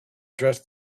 dressed